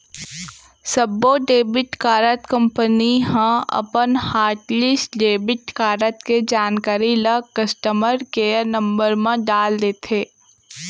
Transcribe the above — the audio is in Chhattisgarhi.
सब्बो डेबिट कारड कंपनी ह अपन हॉटलिस्ट डेबिट कारड के जानकारी ल कस्टमर केयर नंबर म डाल देथे